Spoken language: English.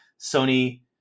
Sony